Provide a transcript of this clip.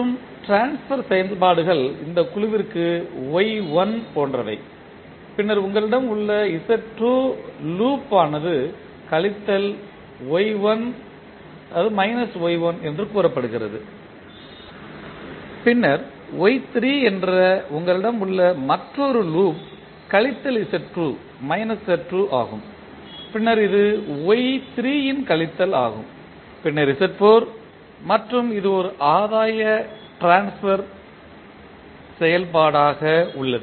மற்றும் ட்ரான்ஸ்பர் செயல்பாடுகள் இந்த குழுவிற்கு Y1 போன்றவை பின்னர் உங்களிடம் உள்ள Z2 லூப் ஆனது கழித்தல் Y1 என்று கூறப்படுகிறது பின்னர் Y3 என்ற உங்களிடம் உள்ள மற்றொரு லூப் கழித்தல் Z2 ஆகும் பின்னர் இது Y3 இன் கழித்தல் ஆகும் பின்னர் Z4 மற்றும் இது ஓர் ஆதாய ட்ரான்ஸ்பர் செயல்பாடாக உள்ளது